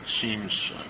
seems